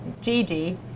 Gigi